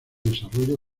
desarrollo